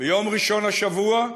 ביום ראשון השבוע,